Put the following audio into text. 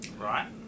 Right